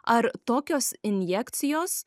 ar tokios injekcijos